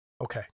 Okay